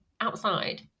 outside